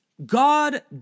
God